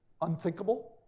unthinkable